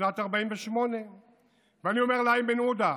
בשנת 1948. ואני אומר לאיימן עודה,